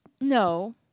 No